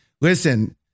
listen